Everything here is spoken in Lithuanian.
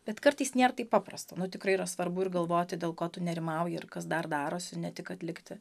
bet kartais nėr taip paprasta nu tikrai yra svarbu ir galvoti dėl ko tu nerimauji ir kas dar darosi ne tik atlikti